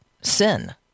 sin